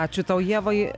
ačiū tau ievai